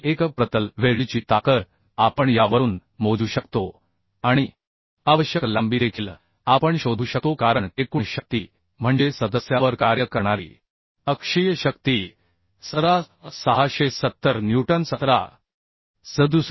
तर प्रति एकक प्रतल वेल्डची ताकद आपण यावरून मोजू शकतो आणि आवश्यक लांबी देखील आपण शोधू शकतो कारण एकूण शक्ती म्हणजे सदस्यावर कार्य करणारी अक्षीय शक्ती 17 आह 1670 न्यूटन 17 आहे